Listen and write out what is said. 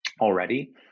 already